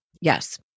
Yes